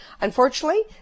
Unfortunately